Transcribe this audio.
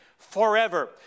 Forever